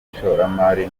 ishoramari